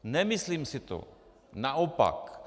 Nemyslím si to, naopak.